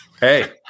Hey